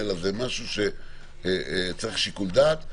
אלא זה משהו שצריך שיקול דעת.